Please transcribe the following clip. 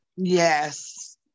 Yes